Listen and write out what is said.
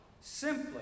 simply